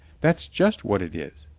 that's just what it is,